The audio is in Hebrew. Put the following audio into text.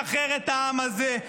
שחרר את העם הזה.